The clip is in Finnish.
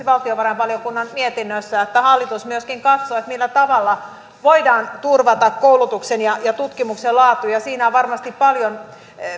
valtiovarainvaliokunnan mietinnössä että hallitus myöskin katsoo millä tavalla voidaan turvata koulutuksen ja ja tutkimuksen laatu ja siinä on varmasti paljon